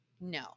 no